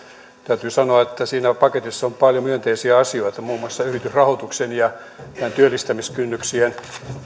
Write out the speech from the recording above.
täytyy sanoa että siinä paketissa on paljon myönteisiä asioita muun muassa yritysrahoituksen ja työllistämiskynnyksien